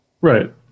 Right